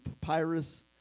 papyrus